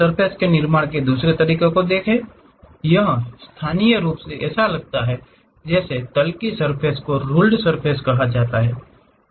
surface के निर्माण का दूसरा तरीका यह स्थानीय रूप से ऐसा लगता है जैसे तल की सर्फ़ेस को रुल्ड सर्फ़ेस कहा जाता है